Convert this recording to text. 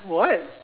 what